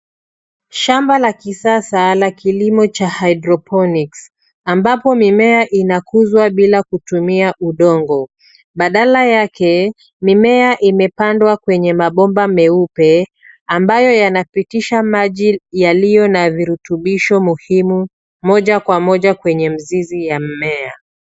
Shamba la kisasa la kilimo cha hydroponics ambapo mimea inakuzwa bila kutumia udongo. Badala yake, mimea imepandwa kwenye mabomba meupe ambayo yanapitisha maji yaliyo na virutubisho muhimu moja kwa moja kwenye mizizi ya mimea.